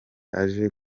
aje